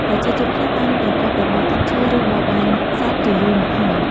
ប្រជាជនខ្លះបានប្រកបរបរកាប់ឈើ ឬបរបាញ់សត្វជាយូរមកហើយ។